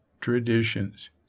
traditions